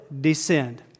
descend